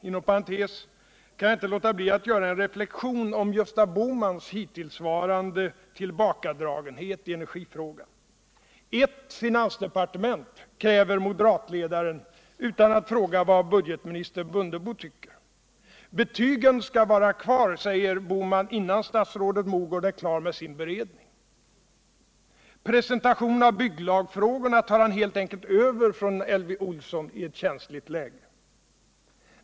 Inom parentes kan jag inte låta bli att göra en reflexion om Gösta Bohmans hittillsvarande tillbakadragenhet i energifrågan. Ei finansdepartement, kräver moderatledaren, utan att fråga vad budgetminister Mundebo tycker. Betygen skall vara kvar, säger Gösta Bohman, innan statsrådet Mogård är klar med sin beredning. Presentationen av bygglagfrågorna tar han helt enkelt över från Elvy Olsson i ett känsligt läge.